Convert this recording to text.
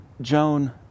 Joan